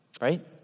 Right